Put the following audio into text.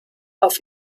auf